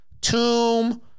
tomb